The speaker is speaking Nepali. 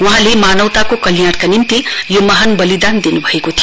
वहाँले मानवताको कल्याणका निम्ति यो महान बलिदान दिनु भएको थियो